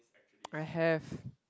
I have